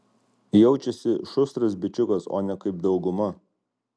jaučiasi šustras bičiukas o ne kaip dauguma